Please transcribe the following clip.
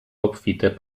obfite